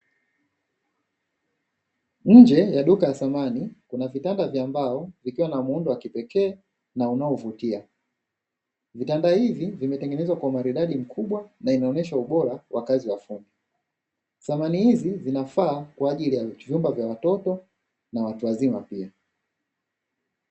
Nje ya ya duka la samani kuna vitanda vya mbao vikiwa na muundo wa kipekee na unaovuti. Vitanda hivi vimetengenezwa kwa umaridadi mkubwa na inaonesha ubora wa kazi ya fundi. Samani hizi zinafaa kwa ajili ya vyumba vya watoto na watu wazima pia.